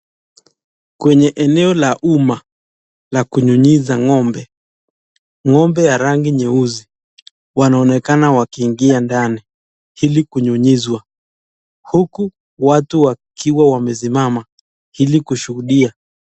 Kwenye eneo la uma la kunyunyiza ng'ombe. Ng'ombe ya rangi nyeusi wanaonekana wakiingia ndani ili kunyunyizwa, huku watu wakiwa wamesimama ili kushuhudia.